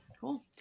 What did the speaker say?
Cool